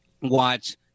watch